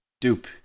Dupe